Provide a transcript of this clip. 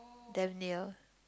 damn near